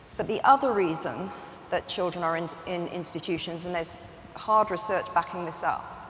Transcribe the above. but the other reason that children are and in institutions, and there's hard research backing this up,